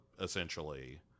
essentially